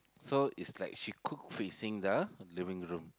so is like she cook facing the living room